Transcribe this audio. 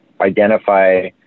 identify